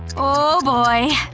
oh boy,